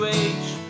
age